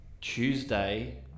Tuesday